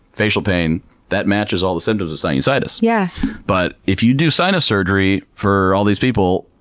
facial pain that matches all the symptoms of sinusitis. yeah but if you do sinus surgery for all these people,